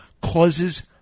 causes